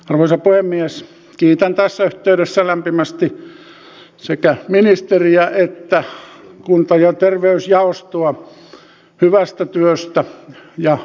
aluetaloudelle lisää painetta mutta jollakin lailla meidän täytyisi myös pystyä hankkimaan näitä uusia rahoitusmuotoja ja